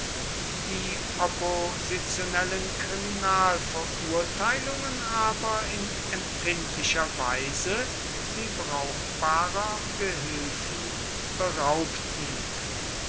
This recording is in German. die oppositionellen kriminalverurteilungen aber in empfindlicher weise sie brauchbarer gehilfen beraubten